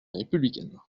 républicaine